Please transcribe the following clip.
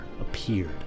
appeared